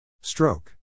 Stroke